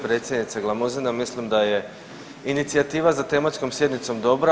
Predsjednice Glamuzina mislim da je inicijativa za tematskom sjednicom dobra.